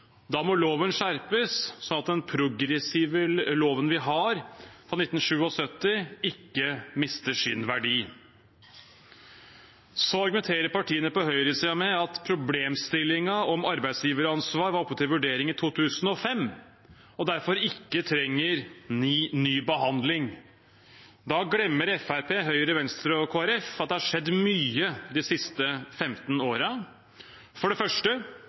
Da må loven skjerpes, slik at den progressive loven vi har fra 1977, ikke mister sin verdi. Partiene på høyresiden argumenterer med at problemstillingen med arbeidsgiveransvar var oppe til vurdering i 2005, og derfor ikke trenger ny behandling. Da glemmer Fremskrittspartiet, Høyre, Venstre og Kristelig Folkeparti at det har skjedd mye de siste 15 årene. For det første